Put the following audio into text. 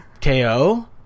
KO